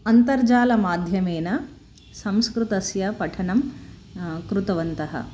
अन्तर्जालमाध्यमेन संस्कृतस्य पठनं कृतवन्तः